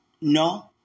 No